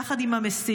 יחד עם המסיק,